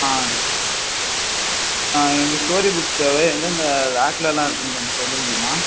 ஆ எங்களுக்கு story books தேவை எந்தெந்த ரேக்குலலாம் இருக்குதுன்னு கொஞ்சம் சொல்ல முடியுமா